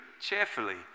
cheerfully